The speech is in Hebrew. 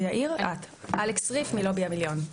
אלקס ריף מלובי המיליון.